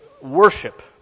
worship